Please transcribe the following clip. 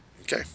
Okay